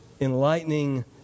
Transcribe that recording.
enlightening